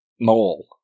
mole